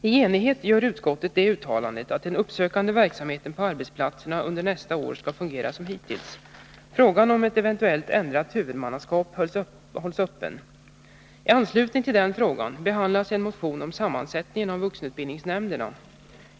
I enighet gör utskottet det uttalandet att den uppsökande verksamheten på arbetsplatser under nästa år skall fungera som hittills. Frågan om ett eventuellt ändrat huvudmannaskap hålls öppen. I anslutning till den frågan behandlas en motion om sammansättningen av vuxenutbildningsnämnderna.